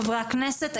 חברי הכנסת,